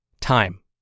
time